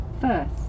First